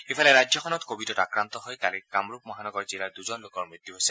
ইফালে ৰাজ্যখনত কভিডত আক্ৰান্ত হৈ কালি কামৰূপ মহানগৰ জিলাৰ দূজন লোকৰ মৃত্যু হৈছে